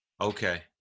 Okay